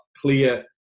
clear